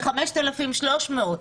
ל-5,300.